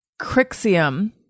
Crixium